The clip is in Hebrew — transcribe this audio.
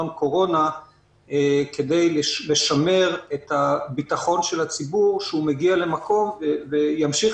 נון-קורונה כדי לשמר את הביטחון של הציבור שהוא מגיע למקום וימשיך